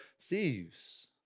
thieves